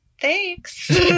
Thanks